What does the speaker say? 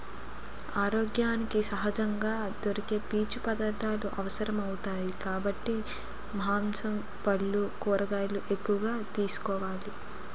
ఆరోగ్యానికి సహజంగా దొరికే పీచు పదార్థాలు అవసరమౌతాయి కాబట్టి మాంసం, పల్లు, కూరగాయలు ఎక్కువగా తీసుకోవాలి